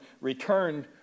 returned